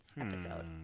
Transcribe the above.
episode